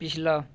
पिछला